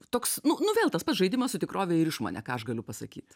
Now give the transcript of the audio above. toks nu nu vėl tas pats žaidimas su tikrove ir išmone ką aš galiu pasakyt